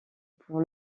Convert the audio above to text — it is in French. pour